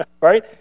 right